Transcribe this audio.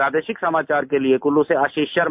प्रादेशिक समाचार के लिए कुल्लू से आशीष शर्मा